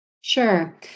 Sure